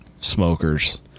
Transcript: smokers